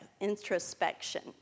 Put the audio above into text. introspection